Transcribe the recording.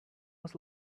was